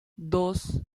dos